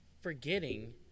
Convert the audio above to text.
forgetting